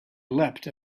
leapt